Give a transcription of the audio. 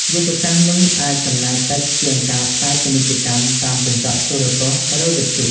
យុទ្ធសាស្ត្រនេះអាចចំណាយតិចជាងការផ្សាយពាណិជ្ជកម្មតាមកញ្ចក់ទូរទស្សន៍ ឬវិទ្យុ។